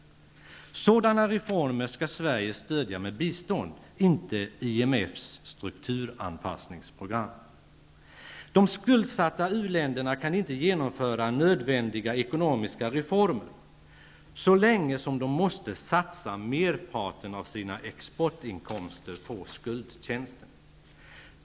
Sådana reformer skall Sverige stödja med bistånd -- inte IMF:s strukturanpassningsprogram. De skuldsatta u-länderna kan inte genomföra nödvändiga ekonomiska reformer så länge de måste satsa merparten av sina exportinkomster på skuldtjänsten.